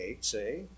say